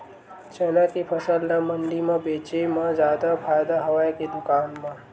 चना के फसल ल मंडी म बेचे म जादा फ़ायदा हवय के दुकान म?